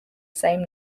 same